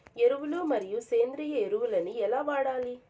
ఎరువులు మరియు సేంద్రియ ఎరువులని ఎలా వాడాలి?